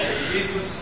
Jesus